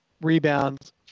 rebounds